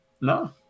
No